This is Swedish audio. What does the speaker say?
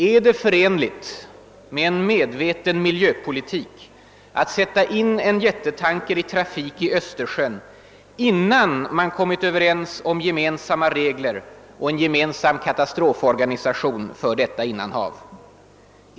Är det förenligt med en medveten miljöpolitik att sätta in en jättetanker i trafik i Östersjön innan man kommit överens om gemensamma regler och en gemensam katastroforganisation för detta innanhav?